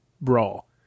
brawl